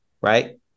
right